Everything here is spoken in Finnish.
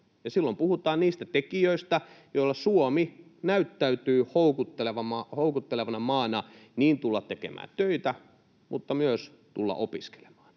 silloin puhutaan niistä tekijöistä, joilla Suomi näyttäytyy houkuttelevana maana tulla tekemään töitä mutta myös tulla opiskelemaan.